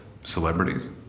celebrities